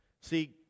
See